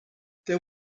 there